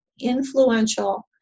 influential